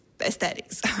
aesthetics